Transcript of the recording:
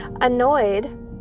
Annoyed